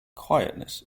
quietness